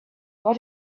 but